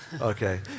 Okay